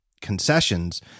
concessions